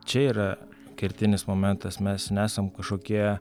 čia yra kertinis momentas mes nesam kažkokie